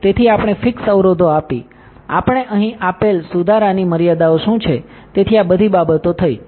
તેથી આપણે ફિક્સ અવરોધો આપી આપણે અહીં આપેલ સુધારાની મર્યાદાઓ શું છે તેથી આ બધી બાબતો થઈ